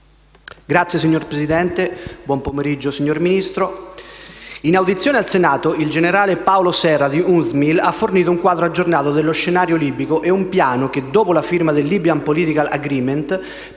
Grazie, signor Presidente. Buon pomeriggio, signor Ministro.